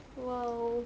!wow!